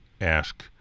ask